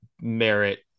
merit